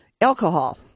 Alcohol